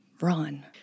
run